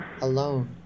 alone